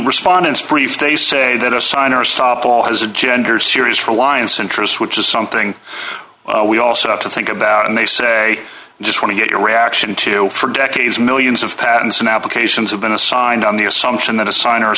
respondents brief they say that assign are softball has a gender series for alliance interests which is something we also have to think about and they say just want to get your reaction to for decades millions of patents and applications have been assigned on the assumption that a sign